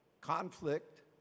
conflict